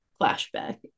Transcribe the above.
flashback